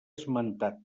esmentat